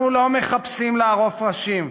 אנחנו לא מחפשים לערוף ראשים.